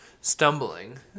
Stumbling